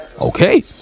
Okay